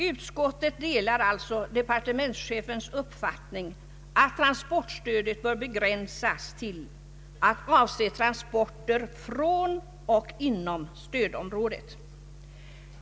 Utskottet delar alltså departementschefens uppfattning att transportstödet bör begränsas till att avse transporter från och inom stödområdet.